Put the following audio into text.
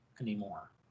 anymore